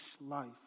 life